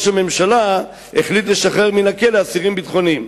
הממשלה החליט לשחרר מן הכלא "אסירים ביטחוניים".